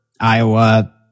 Iowa